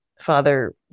father